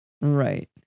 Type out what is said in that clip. Right